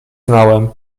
znałem